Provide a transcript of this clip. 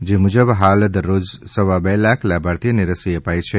જે મુજબ હાલ દરરોજ સવા બે લાખ લાભાર્થીને રસી અપાય છે